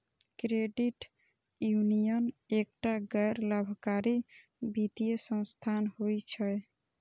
credit union एकटा गैर लाभकारी वित्तीय संस्थान होइ छै